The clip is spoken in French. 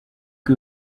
que